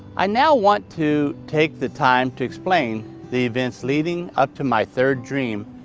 i now want to take the time to explain the events leading up to my third dream,